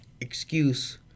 excuse